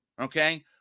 okay